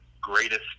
greatest